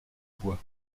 bois